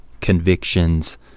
convictions